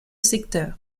secteur